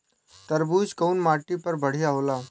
तरबूज कउन माटी पर बढ़ीया होला?